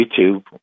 YouTube